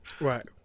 Right